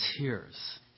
tears